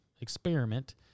experiment